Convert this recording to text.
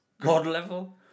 God-level